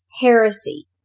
heresy